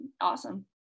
awesome